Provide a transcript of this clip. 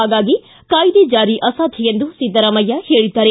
ಹಾಗಾಗಿ ಕಾಯ್ದೆ ಜಾರಿ ಅಸಾಧ್ಯ ಎಂದು ಸಿದ್ದರಾಮಯ್ಯ ಹೇಳಿದ್ದಾರೆ